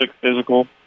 physical